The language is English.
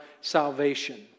salvation